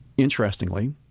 Interestingly